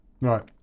right